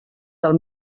del